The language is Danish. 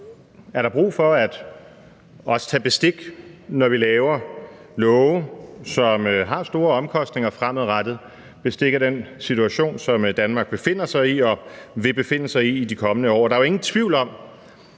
er der brug for også at tage bestik, når vi laver love, som har store omkostninger fremadrettet, af den situation, som Danmark befinder sig i og vil befinde sig i i de kommende år. Der er jo ingen tvivl om,